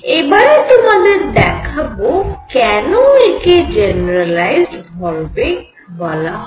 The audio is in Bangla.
এবারে তোমাদের দেখাবো কেন একে জেনেরালাইজড ভরবেগ বলা হয়